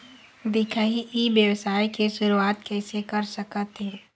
दिखाही ई व्यवसाय के शुरुआत किसे कर सकत हे?